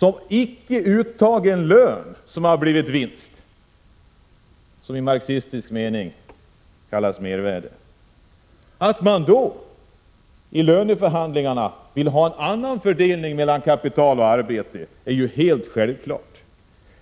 Det rör sig om icke uttagen lön som har blivit vinst. Vid marxistiskt språkbruk kallas detta mervärde. Att man vid löneförhandlingarna vill ha en annan fördelning mellan kapital och arbete är ju självklart.